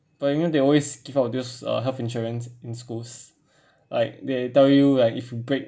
but you know they always give out of those uh health insurance in schools like they tell you like if you break